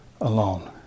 alone